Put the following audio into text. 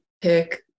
pick